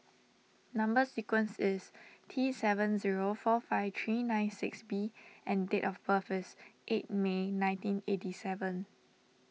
Number Sequence is T seven zero four five three nine six B and date of birth is eight May nineteen eighty seven